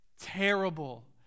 terrible